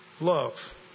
love